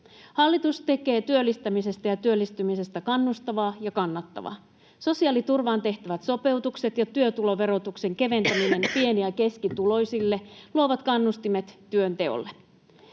Hallitus tekee työllistämisestä ja työllistymisestä kannustavaa ja kannattavaa. Sosiaaliturvaan tehtävät sopeutukset ja työtuloverotuksen keventäminen pieni- ja keskituloisille luovat kannustimet työnteolle.